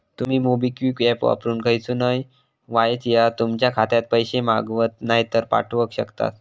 तुमी MobiKwik app वापरून खयसूनय वायच येळात तुमच्या खात्यात पैशे मागवक नायतर पाठवक शकतास